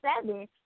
seven